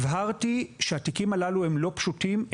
הבהרתי שהתיקים הללו לא פשוטים,